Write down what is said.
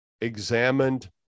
examined